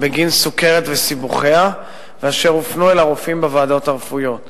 בגין סוכרת וסיבוכיה והופנו אל הרופאים בוועדות הרפואיות.